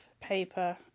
paper